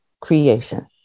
creation